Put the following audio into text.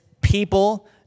people